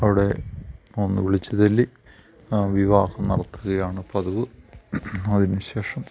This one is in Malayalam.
അവിടെ ഒന്ന് വിളിച്ച് ചൊല്ലി വിവാഹം നടത്തുകയാണ് പതിവ് അതിന്ശേഷം